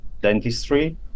dentistry